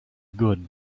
good